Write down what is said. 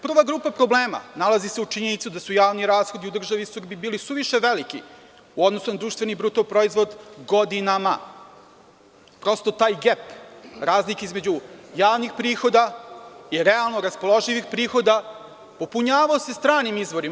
Prva grupa problema nalazi se u činjenici da su javni rashodi u državi Srbiji bili isuviše veliki u odnosu na BDP godinama, prosto taj gep razlike između javnih prihoda i realno raspoloživih prihoda, popunjavao se stranim izvorima.